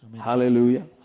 Hallelujah